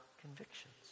convictions